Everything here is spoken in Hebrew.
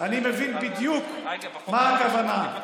אני מבין בדיוק מה הכוונה.